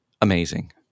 amazing